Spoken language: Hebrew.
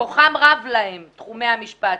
שכוחם רב להם בכל תחומי המשפט,